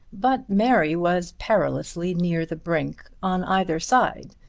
but mary was perilously near the brink on either side,